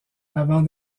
avant